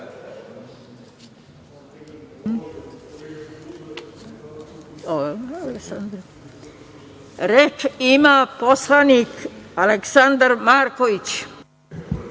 narodni poslanik Aleksandar Marković.